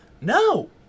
No